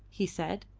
he said.